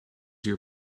your